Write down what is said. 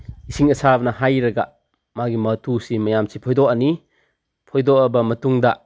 ꯏꯁꯤꯡ ꯑꯁꯥꯕꯅ ꯍꯩꯔꯒ ꯃꯥꯒꯤ ꯃꯇꯨꯁꯤ ꯃꯌꯥꯝꯁꯤ ꯐꯣꯏꯗꯣꯛꯑꯅꯤ ꯐꯣꯏꯗꯣꯛꯑꯕ ꯃꯇꯨꯡꯗ